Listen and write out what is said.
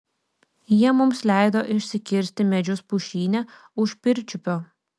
jie mums leido išsikirsti medžius pušyne už pirčiupio